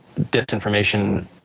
disinformation